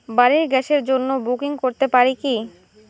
বাড়ির গ্যাসের জন্য বুকিং করতে পারি কি?